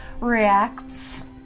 reacts